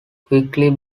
quickly